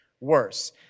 worse